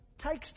takes